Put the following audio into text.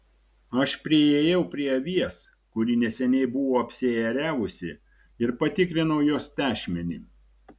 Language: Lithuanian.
aš priėjau prie avies kuri neseniai buvo apsiėriavusi ir patikrinau jos tešmenį